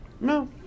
No